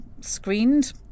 screened